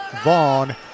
Vaughn